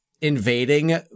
invading